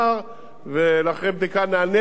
ואחרי בדיקה נעניתי לבקשתם,